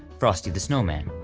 frosty the snowman,